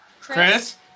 Chris